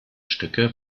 stücke